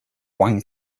wang